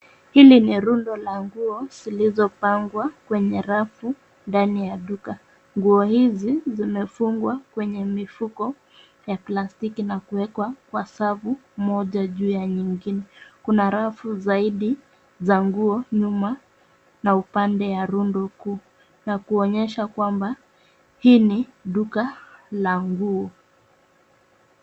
Hili ni rundo la nguo zilizopangwa kwenye rafu ndani ya duka. Nguo hizi zimefungwa kwenye mifuko ya plastiki na kuwekwa kwa safu moja juu ya nyingine. Kuna rafu zaidi za nguo nyuma na upande ya rundo kuu na kuonyesha kwamba hii ni duka la nguo.